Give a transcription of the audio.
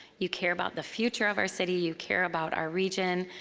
you care about the future of our city, you care about our region,